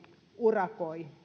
urakoi